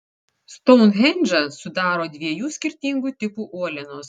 stounhendžą sudaro dviejų skirtingų tipų uolienos